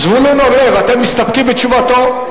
זבולון אורלב, אתם מסתפקים בתשובתו?